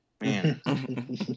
Man